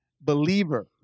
believer